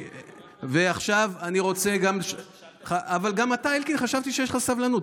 אבל גם אתה, אלקין, חשבתי שיש לך סבלנות.